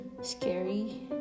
scary